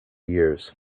years